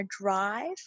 drive